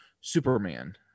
Superman